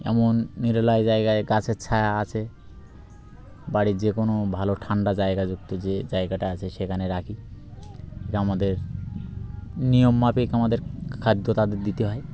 এমন নিরালা জায়গায় গাছের ছায়া আছে বাড়ির যে কোনো ভালো ঠান্ডা জায়গাযুক্ত যে জায়গাটা আছে সেখানে রাখি আমাদের নিয়ম মাফিক আমাদের খাদ্য তাদের দিতে হয়